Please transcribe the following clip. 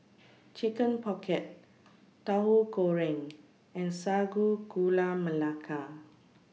Chicken Pocket Tauhu Goreng and Sago Gula Melaka